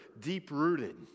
deep-rooted